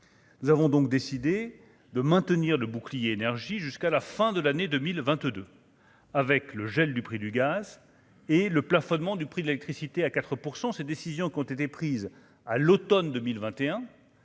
nous avons donc décidé de maintenir le bouclier énergie jusqu'à la fin de l'année 2022 avec le gel du prix du gaz et le plafonnement du prix de l'électricité à 4 % ces décisions qui ont été prises à l'Automne 2021,